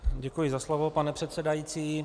Děkuji za slovo, pane předsedající.